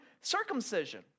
circumcision